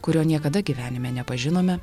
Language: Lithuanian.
kurio niekada gyvenime nepažinome